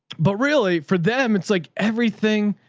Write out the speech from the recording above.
but really for them it's like everything.